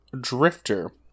drifter